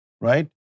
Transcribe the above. right